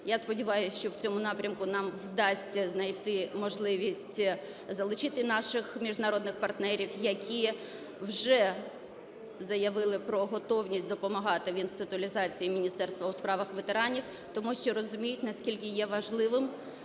Я сподіваюсь, що в цьому напрямку нам вдасться знайти можливість залучити наших міжнародних партнерів, які вже заявили про готовність допомагати в інституалізації Міністерства у справах ветеранів, тому що розуміють наскільки є важливим